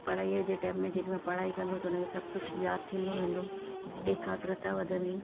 पढ़ाईअ जे टाइम जेॾी महिल पढ़ाई कंदो त हुनखे सभु कुझु यादि थींदो वेंदो एकाग्रता वधंदी